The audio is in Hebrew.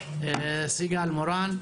סיגל מורן,